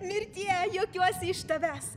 mirtie juokiuosi iš tavęs